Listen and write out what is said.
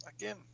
again